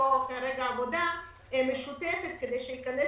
עושים איתו כרגע עבודה משותפת כדי שהוא ייכנס